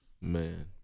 man